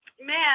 Man